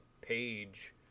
page